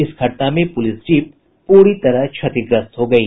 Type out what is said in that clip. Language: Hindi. इस घटना में पुलिस जीप पूरी तरह क्षतिग्रस्त हो गयी